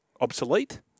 obsolete